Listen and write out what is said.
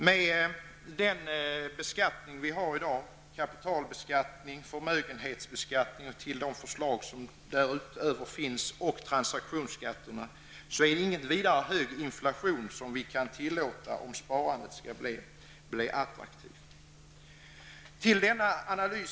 Med den beskattning vi har i dag -- kapitalbeskattning, förmögenhetsbeskattning, de förslag som därutöver finns, och transaktionsskatterna -- är det inte någon vidare hög inflation som vi kan tillåta om sparandet skall bli attraktivt.